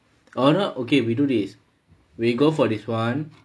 or not okay we do this we go for this [one]